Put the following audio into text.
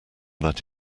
that